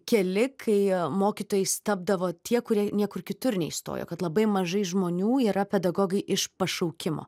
keli kai mokytojais tapdavo tie kurie niekur kitur neįstojo kad labai mažai žmonių yra pedagogai iš pašaukimo